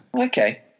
Okay